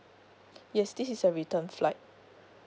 yes this is a return flight